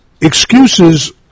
excuses